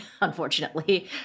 unfortunately